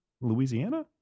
Louisiana